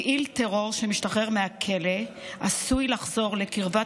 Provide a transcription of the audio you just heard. פעיל טרור שמשתחרר מהכלא עשוי לחזור לקרבת